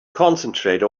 concentrate